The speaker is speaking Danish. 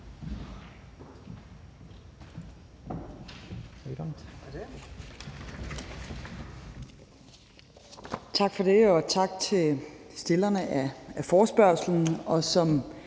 Tak for det, og tak til stillerne af forespørgslen.